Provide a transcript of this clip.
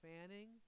fanning